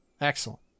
Excellent